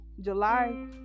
July